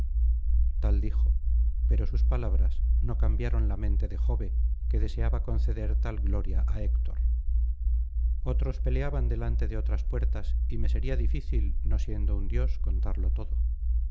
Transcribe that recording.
tal dijo pero sus palabras no cambiaron la mente de jove que deseaba conceder tal gloria á héctor otros peleaban delante de otras puertas y me sería difícil no siendo un dios contarlo todo